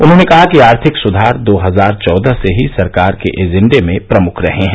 उन्होंने कहा कि आर्थिक सुधार दो हचार चौदह से ही सरकार के एजेप्डे में प्रमुख रहे हैं